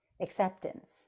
acceptance